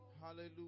Hallelujah